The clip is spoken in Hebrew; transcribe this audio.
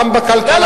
גם בכלכלה,